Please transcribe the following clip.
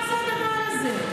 מה זה הדבר הזה?